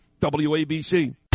WABC